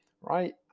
right